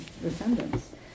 descendants